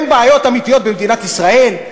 אין בעיות אמיתיות במדינת ישראל?